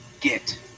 get